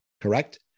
correct